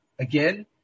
Again